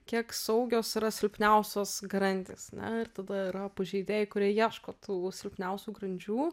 kiek saugios yra silpniausios grandys na ir tada yra pažeidėjai kurie ieško tų silpniausių grandžių